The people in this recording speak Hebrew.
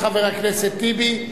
חבר הכנסת טיבי,